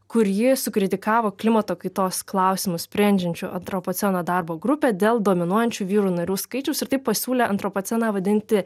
kur ji sukritikavo klimato kaitos klausimus sprendžiančių atropoceno darbo grupę dėl dominuojančių vyrų narių skaičiaus ir taip pasiūlė antropoceną vadinti